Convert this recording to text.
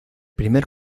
primer